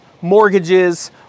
mortgages